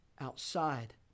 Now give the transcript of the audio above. outside